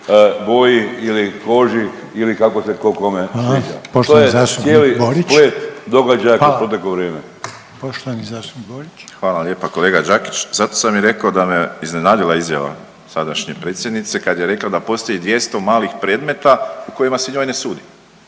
Poštovani zastupnik Borić. **Borić, Josip (HDZ)** Hvala vam lijepa kolega Đakić. Zato sam i rekao da me iznenadila izjava sadašnje predsjednica kad je rekla da postoji 200 malih predmeta u kojima se njoj ne sudi.